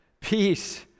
Peace